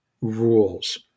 rules